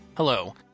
Hello